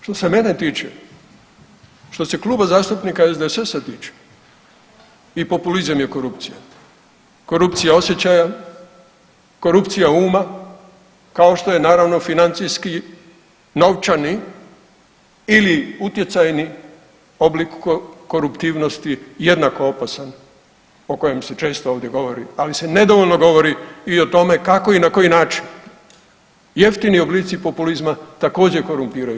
Što se mene tiče, što se Kluba zastupnika SDSS-a tiče i populizam je korupcija, korupcija osjećaja, korupcija uma kao što je naravno financijski novčani ili utjecajni oblik koruptivnosti jednako opasan o kojem se često ovdje govori, ali se nedovoljno govori i o tome kako i na koji način jeftini oblici populizma također korumpiraju.